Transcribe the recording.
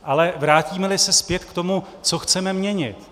Ale vrátímeli se zpět k tomu, co chceme měnit.